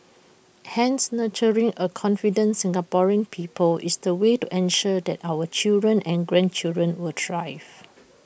hence nurturing A confident Singaporean people is the way to ensure that our children and grandchildren will thrive